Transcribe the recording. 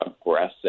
aggressive